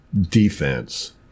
defense